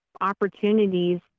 opportunities